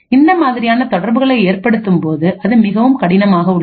இந்த மாதிரியான தொடர்புகளை ஏற்படுத்தும்போது அது மிகவும் கடினமாக உள்ளது